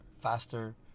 faster